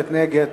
נגד,